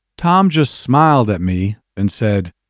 tom just smiled at me, and said,